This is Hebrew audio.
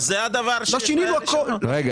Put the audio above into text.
זה הדבר ש --- לא הבנתי,